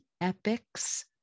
EPICS